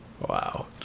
Wow